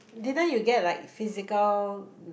didn't you get like physical